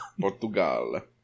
Portugal